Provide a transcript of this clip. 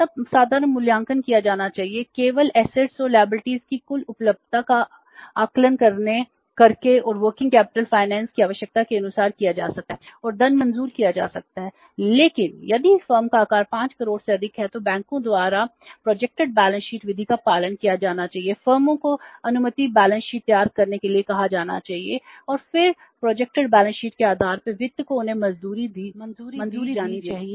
तब साधारण मूल्यांकन किया जाना चाहिए केवल संपत्ति के आधार पर वित्त को उन्हें मंजूरी दी जानी चाहिए